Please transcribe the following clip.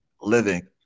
living